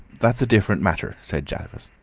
that's a different matter, said jaffers.